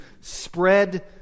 spread